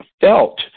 Felt